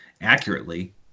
accurately